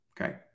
Okay